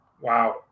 Wow